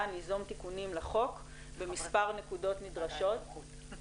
ניזום תיקונים לחוק במספר נקודות נדרשות,